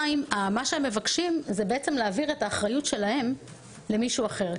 מה שהם מבקשים זה בעצם להעביר את האחריות שלהם למישהו אחר.